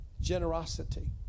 generosity